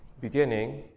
beginning